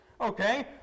Okay